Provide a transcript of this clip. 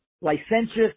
licentious